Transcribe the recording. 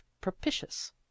propitious